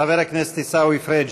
חבר הכנסת עיסאווי פריג'.